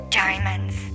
diamonds